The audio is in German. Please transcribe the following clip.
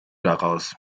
daraus